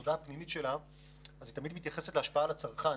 בעבודה הפנימית שלה היא תמיד מתייחסת להשפעה על הצרכן,